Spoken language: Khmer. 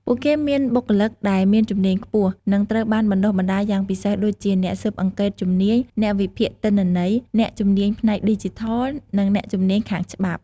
ពួកគេមានបុគ្គលិកដែលមានជំនាញខ្ពស់ និងត្រូវបានបណ្តុះបណ្តាលយ៉ាងពិសេស ដូចជាអ្នកស៊ើបអង្កេតជំនាញ អ្នកវិភាគទិន្នន័យ អ្នកជំនាញផ្នែកឌីជីថល និងអ្នកជំនាញខាងច្បាប់។